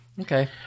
Okay